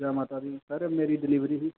hello जै माता दी सर मेरी डिलीवरी ही